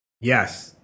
Yes